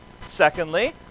Secondly